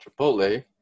Chipotle